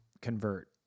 convert